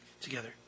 together